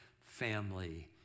family